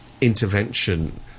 intervention